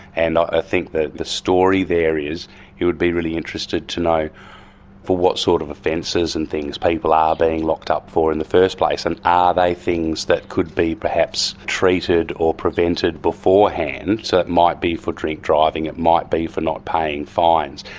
and i think the the story there is it would be really interesting to know for what sort of offences and things people are being locked up for in the first place, and are they things that could be perhaps treated or prevented beforehand? so that might be for drink driving, it might be for not paying fines,